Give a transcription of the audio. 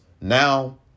now